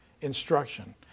instruction